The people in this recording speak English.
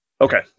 Okay